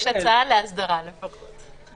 יש הצעה להסדרה לפחות.